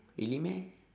really meh